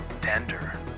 Tender